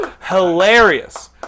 hilarious